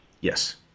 Yes